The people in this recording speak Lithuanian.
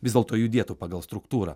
vis dėlto judėtų pagal struktūrą